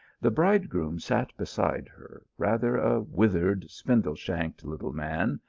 the bridegroom sat beside her, rather a withered, spindle-shanked little man,